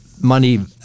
money